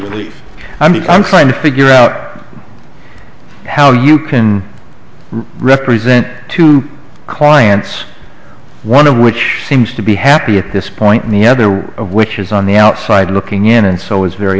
really i mean i'm trying to figure out how you can represent two clients one of which seems to be happy at this point the other of which is on the outside looking in and so is very